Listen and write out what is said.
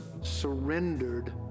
Surrendered